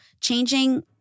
changing